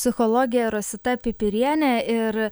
psichologė rosita pipirienė ir